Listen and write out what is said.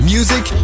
Music